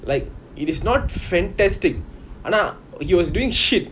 like it is not fantastic ஆனா:aana he was doing shit